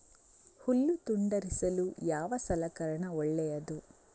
ಹುಲ್ಲು ತುಂಡರಿಸಲು ಯಾವ ಸಲಕರಣ ಒಳ್ಳೆಯದು?